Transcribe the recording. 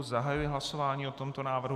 Zahajuji hlasování o tomto návrhu.